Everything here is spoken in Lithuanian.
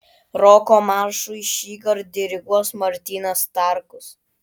roko maršui šįkart diriguos martynas starkus